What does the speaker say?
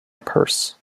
purse